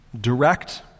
direct